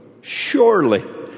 surely